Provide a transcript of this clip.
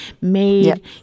Made